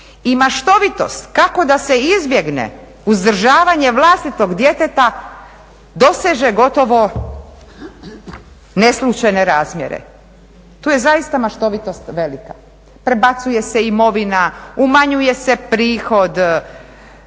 I maštovitost kako da se izbjegne uzdržavanje vlastitog djeteta doseže gotovo neslućene razmjere. Tu je zaista maštovitost velika. Prebacuje se imovina, umanjuje se prihod,